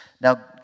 Now